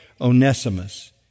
Onesimus